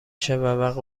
شود